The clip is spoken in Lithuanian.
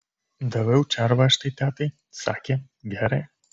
daviau červą aš tai tetai sakė gerai